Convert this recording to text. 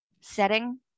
setting